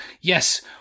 Yes